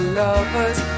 lovers